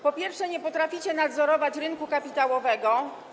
Po pierwsze, nie potraficie nadzorować rynku kapitałowego.